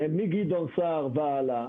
מגדעון סער והלאה,